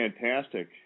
fantastic